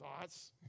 thoughts